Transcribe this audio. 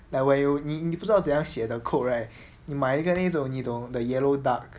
like when you 你你不知道怎么写的 code right 你买一个那种那种 the yellow duck